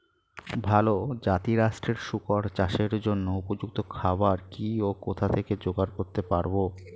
ভালো জাতিরাষ্ট্রের শুকর চাষের জন্য উপযুক্ত খাবার কি ও কোথা থেকে জোগাড় করতে পারব?